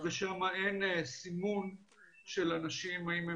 המרכזית לסטטיסטיקה ושם אין סימון של אנשים האם הם